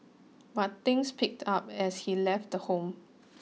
but things picked up as he left the home